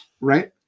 right